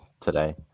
today